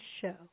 show